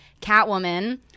Catwoman